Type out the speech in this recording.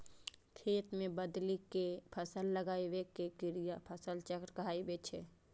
खेत मे बदलि कें फसल लगाबै के क्रिया फसल चक्र कहाबै छै